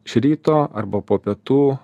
iš ryto arba po pietų